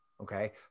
Okay